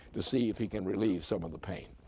to see if he can relieve some of the pain.